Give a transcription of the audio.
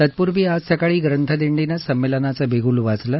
तत्पूर्वी आज सकाळी ग्रंथदिंडीनं संमेलनाचं बिगुल वाजलं